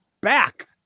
back